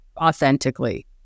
authentically